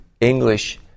English